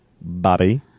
Bobby